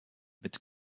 mit